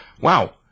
wow